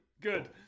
Good